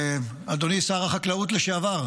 אדוני שר החקלאות לשעבר